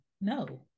No